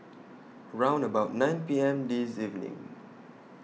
round about nine P M This evening